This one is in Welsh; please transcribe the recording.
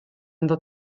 ynddo